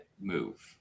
move